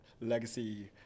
legacy